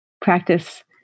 practice